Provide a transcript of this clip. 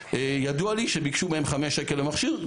ידוע לי שביקשו מהם 5 שקלים למכשיר.